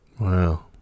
Wow